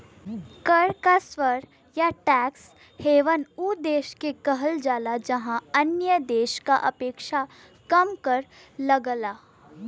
कर क स्वर्ग या टैक्स हेवन उ देश के कहल जाला जहाँ अन्य देश क अपेक्षा कम कर लगला